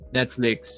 Netflix